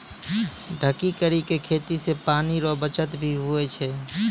ढकी करी के खेती से पानी रो बचत भी हुवै छै